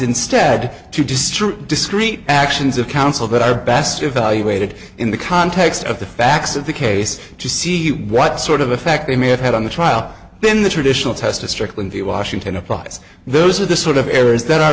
instead to destroy discrete actions of counsel that are best evaluated in the context of the facts of the case to see what sort of effect they may have had on the trial in the traditional test of strickland v washington applies those are the sort of errors that are